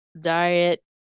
diet